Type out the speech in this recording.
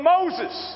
Moses